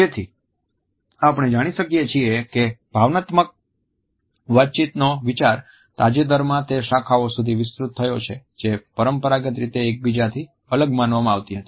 તેથી આપણે જાણી શકીએ છીએ કે ભાવનાત્મક વાતચીતનો વિચાર તાજેતરમાં તે શાખાઓ સુધી વિસ્તૃત થયો છે જે પરંપરાગત રીતે એકબીજાથી અલગ માનવામાં આવતી હતી